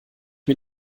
mir